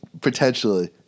potentially